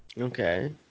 Okay